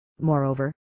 Moreover